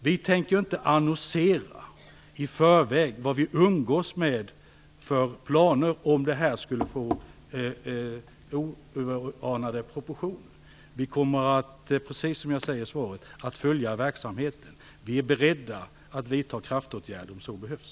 Vi tänker inte annonsera i förväg vad vi umgås med för planer om detta skulle få oanade proportioner. Vi kommer, precis som jag säger i svaret, att följa verksamheten. Vi är beredda att vidta kraftåtgärder om så behövs.